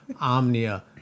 Omnia